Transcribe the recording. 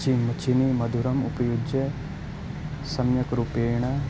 चीनि चीनि मधुरम् उपयुज्य सम्यक् रूपेण